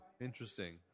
Interesting